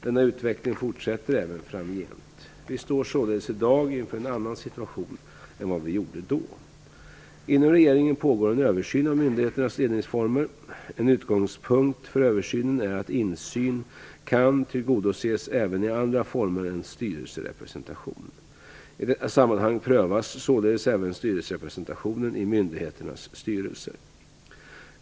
Denna utveckling fortsätter även framgent. Vi står således i dag inför en annan situation än vad vi gjorde då. Inom regeringen pågår en översyn av myndigheternas ledningsformer. En utgångspunkt för översynen är att insyn kan tillgodoses även i andra former än styrelserepresentation. I detta sammanhang prövas således även styrelserepresentationen i myndigheternas styrelser.